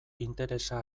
interesa